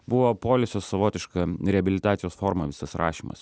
buvo poilsio savotiška reabilitacijos forma visas rašymas